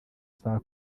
saa